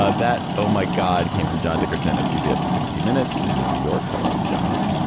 ah that oh, my god came from john dickerson of cbs sixty minutes in new york. hello, john.